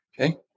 Okay